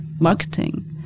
marketing